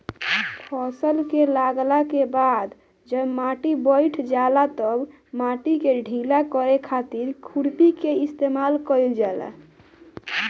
फसल के लागला के बाद जब माटी बईठ जाला तब माटी के ढीला करे खातिर खुरपी के इस्तेमाल कईल जाला